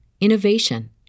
innovation